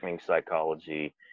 psychology